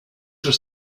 was